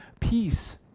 peace